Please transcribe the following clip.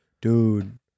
Dude